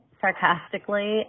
sarcastically